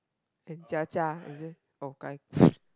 and Jia Jia is it oh gai